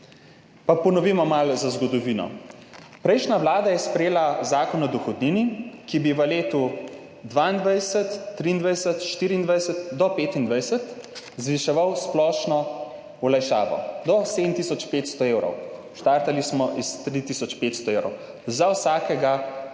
pa ponovimo malo zgodovino. Prejšnja vlada je sprejela Zakon o dohodnini, ki bi v letih 2022, 2023, 2024 in 2025 zviševal splošno olajšavo do 7 tisoč 500 evrov, štartali smo iz 3 tisoč 500 evrov za vsakega državljana.